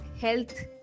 health